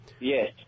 Yes